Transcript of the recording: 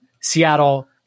Seattle